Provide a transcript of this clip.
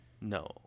No